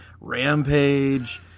Rampage